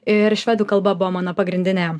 ir švedų kalba buvo mano pagrindinė